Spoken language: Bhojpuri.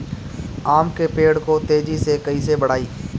आम के पेड़ को तेजी से कईसे बढ़ाई?